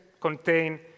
contain